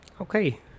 Okay